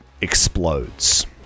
explodes